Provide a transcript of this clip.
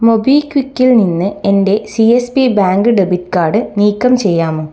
മൊബിക്വിക്കിൽ നിന്ന് എൻ്റെ C S B bank debit card നീക്കം ചെയ്യാമോ